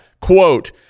quote